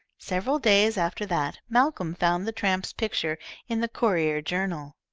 several days after that malcolm found the tramp's picture in the courier-journal.